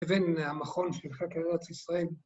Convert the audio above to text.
‫לבין המכון של חקר ארץ ישראל.